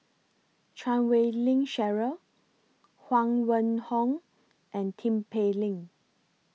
Chan Wei Ling Cheryl Huang Wenhong and Tin Pei Ling